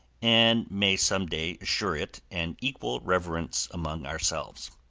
and may some day assure it an equal reverence among ourselves.